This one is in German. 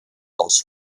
aus